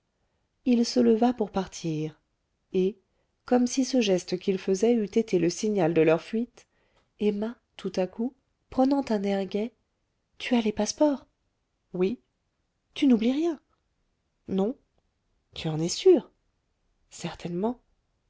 il se leva pour partir et comme si ce geste qu'il faisait eût été le signal de leur fuite emma tout à coup prenant un air gai tu as les passeports oui tu n'oublies rien non tu en es sûr certainement